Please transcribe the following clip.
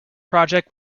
project